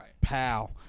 pal